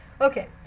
Okay